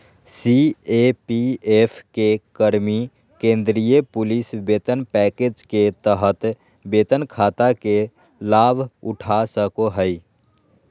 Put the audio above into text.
CAPF के कर्मि केंद्रीय पुलिस वेतन पैकेज के तहत वेतन खाता के लाभउठा सको हइ